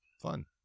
fun